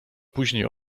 później